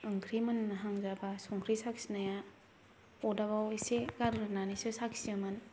ओंख्रि मोनहां जाब्ला संख्रि साखिनाया अरदाबाव इसे गारग्रोनानैसो साखियोमोन